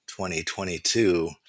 2022